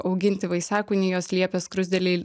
auginti vaisiakūnį jos liepia skruzdėlei